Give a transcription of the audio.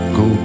go